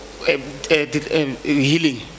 Healing